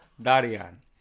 Darian